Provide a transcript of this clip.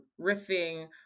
riffing